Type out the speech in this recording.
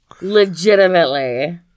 Legitimately